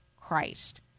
Christ